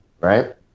right